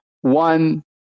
one